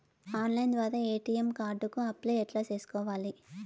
Online ద్వారా ATM card కు apply ఎట్లా సేసుకోవాలి?